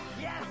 Yes